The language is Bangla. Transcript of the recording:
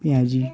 পেঁয়াজি